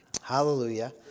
Hallelujah